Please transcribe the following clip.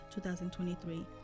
2023